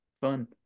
fun